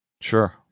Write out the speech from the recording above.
Sure